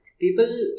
people